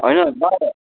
होइन अन्त